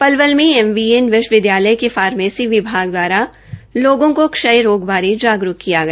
पलवल में एमवीएन विश्वविद्यालय के फार्मेसी विभाग दवारा लोगों को क्षय रोग बारे जागरूक किया गया